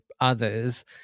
others